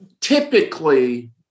Typically